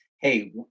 Hey